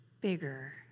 bigger